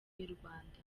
y’urwanda